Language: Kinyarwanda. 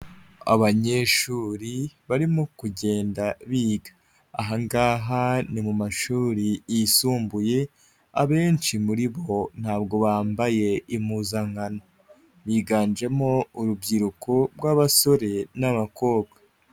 Abanyeshuri barimo kugenda biga, aha ngaha ni mu mashuri yisumbuye abenshi muri bo ntabwo bambaye impuzankano, biganjemo urubyiruko rw'abasore n'abakobwa.